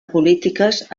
polítiques